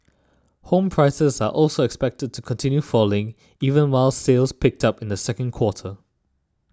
home prices are also expected to continue falling even while sales picked up in the second quarter